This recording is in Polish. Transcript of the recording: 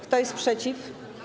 Kto jest przeciw?